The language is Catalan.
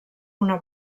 una